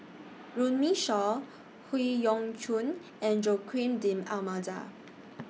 Runme Shaw Howe Yoon Chong and Joaquim D'almeida